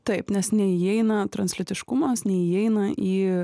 taip nes neįeina translytiškumas neįeina į